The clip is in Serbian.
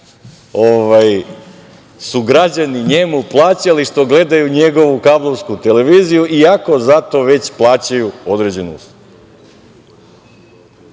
su građani njemu plaćali što gledaju njegovu kablovsku televiziju, iako za to već plaćaju određene